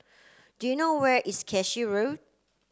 do you know where is Cashew Road